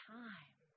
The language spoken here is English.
time